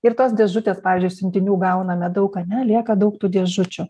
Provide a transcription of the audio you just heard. ir tos dėžutės pavyzdžiui siuntinių gauname daug ane lieka daug tų dėžučių